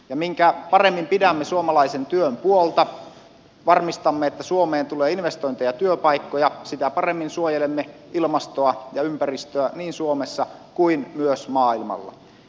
ja mitä paremmin pidämme suomalaisen työn puolta varmistamme että suomeen tulee investointeja ja työpaikkoja sitä paremmin suojelemme ilmastoa ja ympäristöä niin suomessa kuin myös maailmalla